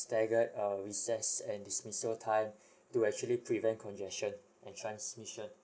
staggered recess and dismissal time to actually prevent congestion and transmission